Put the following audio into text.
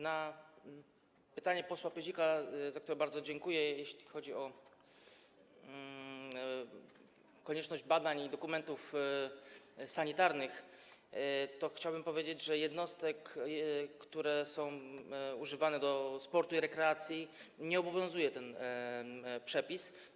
Na pytanie posła Pyzika, za które bardzo dziękuję, jeśli chodzi o konieczność badań i dokumentów sanitarnych, chciałbym odpowiedzieć, że jednostek, które są używane do sportu i rekreacji, nie obowiązuje ten przepis.